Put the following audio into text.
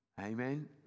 Amen